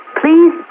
Please